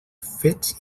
fets